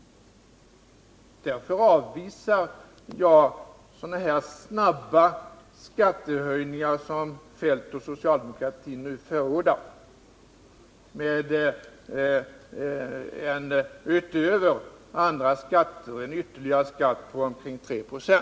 Därför avvisar jag så snabba skattehöjningar som Kjell-Olof Feldt och socialdemokratin förordar när de nu utöver andra skatter vill ha en ytterligare skatt på omkring 3 26.